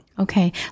Okay